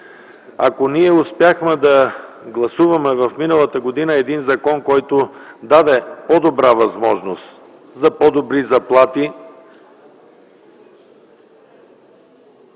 Ако ние успяхме да гласуваме в миналата година един закон, който даде възможност за по-добри заплати,